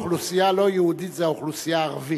האוכלוסייה הלא-יהודית זה האוכלוסייה הערבית.